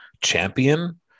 champion